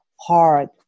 hard